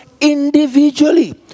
individually